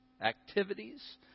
activities